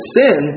sin